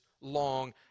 long